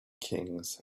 kings